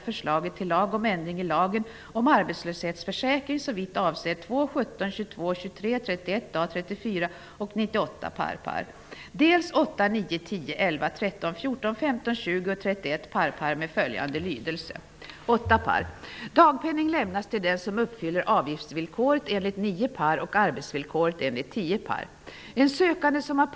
Någon försämring av möjligheterna att kvalificera sig för ersättning bör över huvud taget inte genomföras nu. Jag anser således att det nuvarande arbetsvillkoret i 6 § ALF bör bibehållas. Detta arbetsvillkor bör dessutom gälla inom KAS.